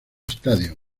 stadium